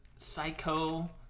Psycho